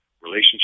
relationship